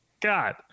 God